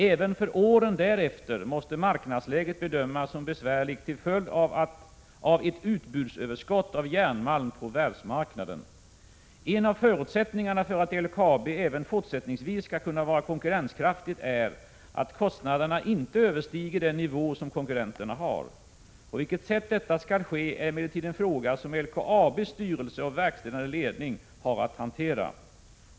Även för åren därefter måste marknadsläget bedömas som besvärligt till följd av ett utbudsöverskott av järnmalm på världsmarknaden. En av förutsättningarna för att LKAB även fortsättningsvis skall kunna vara konkurrenskraftigt är att kostnaderna inte överstiger den nivå som konkurrenterna har. På vilket sätt detta skall ske är emellertid en fråga som LKAB:s styrelse och verkställande ledning har att hantera.